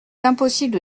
impossible